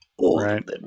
Right